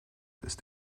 ist